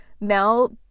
Mel